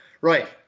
right